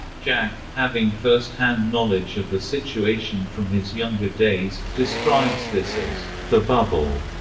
jack, having firsthand knowledge of the situation from his younger days, describes this as the bubble.